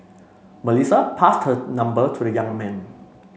Melissa passed her number to the young man